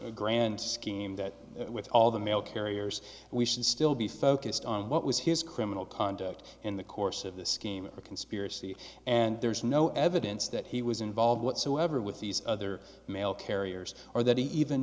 grand scheme that with all the mail carriers we should still be focused on what was his criminal conduct in the course of the scheme of the conspiracy and there's no evidence that he was involved whatsoever with these other mail carriers or that he even